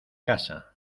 casa